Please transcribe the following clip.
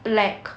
black